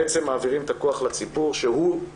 בעצם מעבירים את הכוח לציבור שהוא,